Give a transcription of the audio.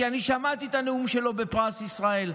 כי אני שמעתי את הנאום שלו בפרס ישראל,